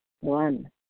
One